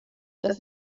dass